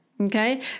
Okay